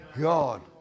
God